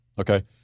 Okay